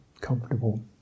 Comfortable